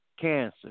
cancer